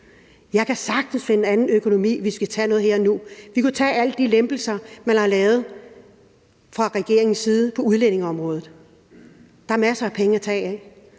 Jeg kan sagtens finde økonomi, hvis vi skal tage noget her og nu. Vi kunne tage alle de lempelser, man har lavet fra regeringens side, på udlændingeområdet. Der er masser af penge at tage af.